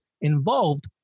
involved